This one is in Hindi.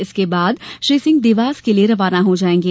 इसके बाद श्री सिंह देवास के लिये रवाना हो जायेंगे